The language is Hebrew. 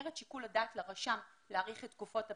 במסגרת שיקול הדעת לרשם להאריך את תקופות הפריסה,